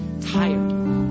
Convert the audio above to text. tired